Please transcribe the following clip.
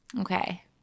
Okay